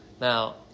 Now